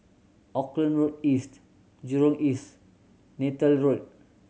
Auckland Road East Jurong East Neythal Road